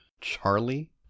Charlie